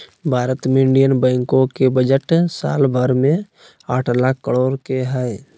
भारत मे इन्डियन बैंको के बजट साल भर मे आठ लाख करोड के हय